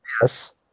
Yes